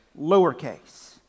lowercase